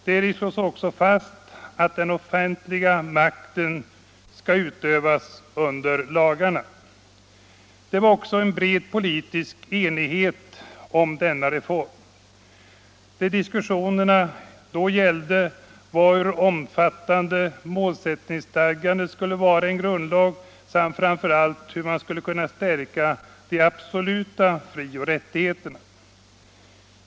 Det slås också fast: ”Den offentliga makten utövas under lagarna.” Det fanns en bred politisk enighet om denna reform. Det diskussionerna då gällde var hur omfattande målsättningsstadgandet skulle vara i grundlag samt framför allt hur man skulle kunna stärka de absoluta frioch rättigheterna.